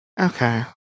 Okay